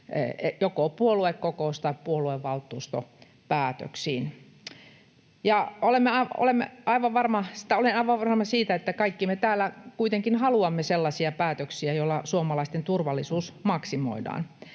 joko puoluekokous- tai puoluevaltuustopäätöksin. Olen aivan varma siitä, että kaikki me täällä kuitenkin haluamme sellaisia päätöksiä, joilla suomalaisten turvallisuus maksimoidaan,